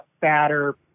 fatter